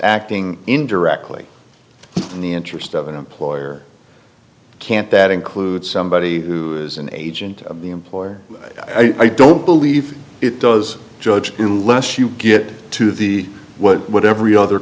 acting indirectly in the interest of an employer can't that include somebody who is an agent of the employer i don't believe it does judge unless you get to the what what every other